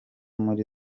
muri